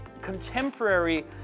contemporary